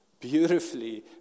beautifully